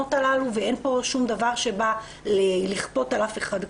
במקומות הללו ואין פה שום דבר שבא לכפות על אף אחד כלום.